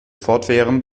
fortwährend